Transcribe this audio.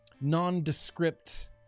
nondescript